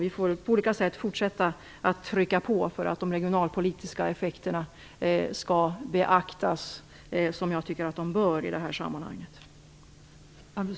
Vi får på olika sätt fortsätta att trycka på för att de regionalpolitiska effekterna skall beaktas, som jag tycker att de bör i det här sammanhanget.